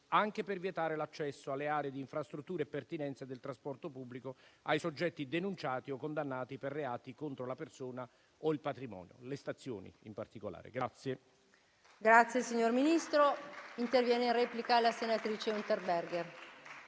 anche per vietare l'accesso alle aree di infrastrutture e pertinenza del trasporto pubblico ai soggetti denunciati o condannati per reati contro la persona o il patrimonio, le stazioni in particolare. PRESIDENTE. Ha facoltà di intervenire in replica la senatrice Unterberger,